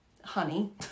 honey